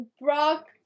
Brock